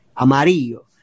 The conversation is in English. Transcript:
amarillo